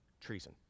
treason